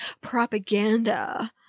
propaganda